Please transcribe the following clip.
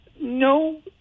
No